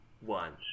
one